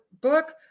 book